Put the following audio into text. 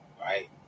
right